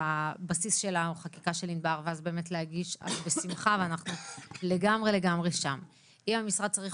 שאמר חינוך הוא צודק, ואני חושבת שצריך